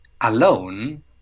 alone